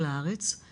אנחנו